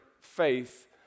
faith